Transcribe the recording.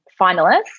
finalists